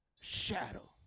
shadow